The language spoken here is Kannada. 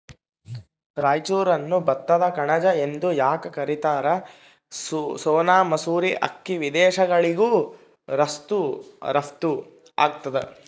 ರಾಯಚೂರನ್ನು ಭತ್ತದ ಕಣಜ ಎಂದು ಯಾಕ ಕರಿತಾರ? ಸೋನಾ ಮಸೂರಿ ಅಕ್ಕಿ ವಿದೇಶಗಳಿಗೂ ರಫ್ತು ಆಗ್ತದ